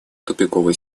тупиковой